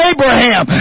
Abraham